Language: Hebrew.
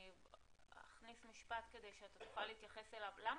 אני רק אכניס משפט כדי שתוכל להתייחס אליו למה